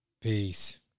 Peace